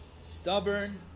stubborn